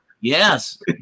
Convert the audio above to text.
yes